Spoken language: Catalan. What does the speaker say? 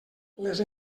les